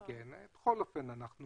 בכל אופן, אנחנו